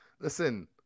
Listen